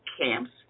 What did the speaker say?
camps